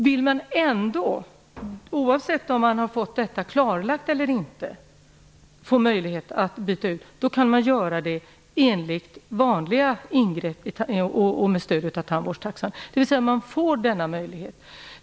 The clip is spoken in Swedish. Vill man oavsett om detta klarlagts eller inte få möjlighet till utbyte, kan man göra det som vanligt ingrepp och med stöd av tandvårdstaxan. Man har alltså denna möjlighet.